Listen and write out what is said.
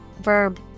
verb